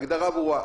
הגדרה ברורה.